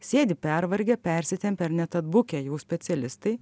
sėdi pervargę persitempę ir net atbukę jau specialistai